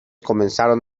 comenzaron